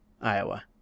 iowa